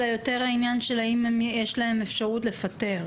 אלא יותר העניין של אם יש להם אפשרות לפטר.